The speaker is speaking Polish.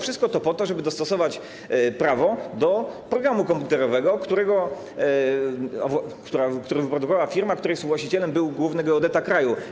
Wszystko to po to, żeby dostosować prawo do programu komputerowego, który wyprodukowała firma, której współwłaścicielem był główny geodeta kraju.